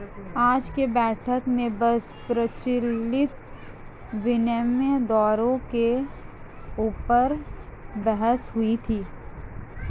आज की बैठक में बस प्रचलित विनिमय दरों के ऊपर बहस हुई थी